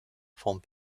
font